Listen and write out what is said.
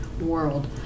world